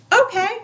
okay